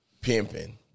Pimping